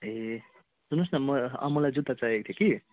ए सुन्नु होस् न म मलाई जुत्ता चाहिएको थियो कि